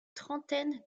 trentaine